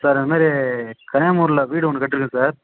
sir அதுமாதிரி கன்னியாகுமாரியில வீடு ஒன்று கட்டிடுருக்கேன் சார்